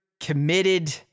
committed